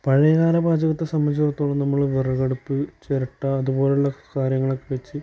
പഴയകാല പാചകത്തെ സംബന്ധിച്ചിടത്തോളം നമ്മള് വിറകടുപ്പ് ചിരട്ട ഇതുപോലുള്ള കാര്യങ്ങളൊക്കെ വെച്ച്